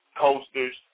Coasters